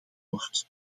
wordt